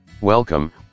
Welcome